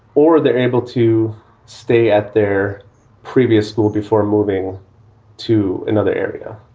or they're able to stay at their previous school before moving to another area.